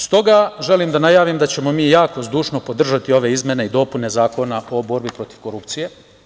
Stoga, želim da najavim da ćemo mi zdušno podržati ove izmene i dopune Zakona o borbi protiv korupcije.